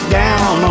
down